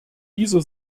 dieser